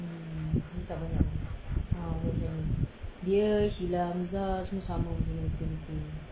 mm dia tak banyak ah macam dia sheila hamzah semua sama muka muka